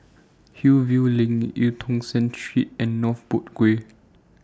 Hillview LINK EU Tong Sen Street and North Boat Quay